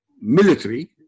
military